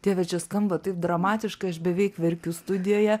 dieve čia skamba taip dramatiškai aš beveik verkiu studijoje